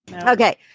Okay